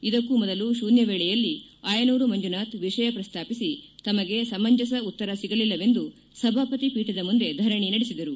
ಇದಕ್ಕೂ ಮೊದಲ ಶೂನ್ಯ ವೇಳೆಯಲ್ಲಿ ಆಯನೂರು ಮಂಜುನಾಥ್ ವಿಷಯ ಪ್ರಸ್ತಾಪಿಸಿ ತಮಗೆ ಸಮಂಜಸ ಉತ್ತರ ುಗಲಿಲ್ಲವೆಂದು ಸಭಾಪತಿ ಪೀಠದ ಮುಂದೆ ಧರಣಿ ನಡೆಸಿದರು